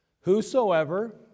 Whosoever